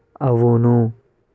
అవును